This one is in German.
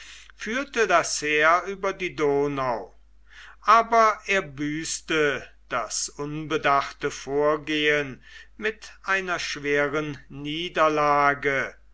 führte das heer über die donau aber er büßte das unbedachte vorgehen mit einer schweren niederlage